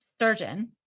surgeon